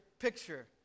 picture